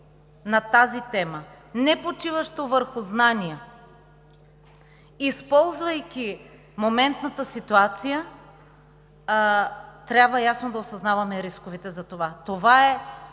на тази тема, непочиващо върху знания, използвайки моментната ситуация, трябва ясно да осъзнаваме рисковете за това. Това не